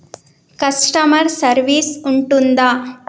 Customer service ఉంటుందా?